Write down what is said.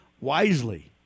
wisely